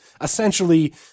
essentially